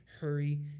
hurry